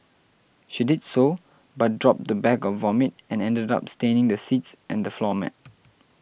she did so but dropped the bag of vomit and ended up staining the seats and the floor mat